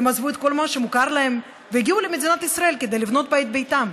הם עזבו את כל מה שמוכר להם והגיעו למדינת ישראל כדי לבנות בה את ביתם,